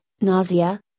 nausea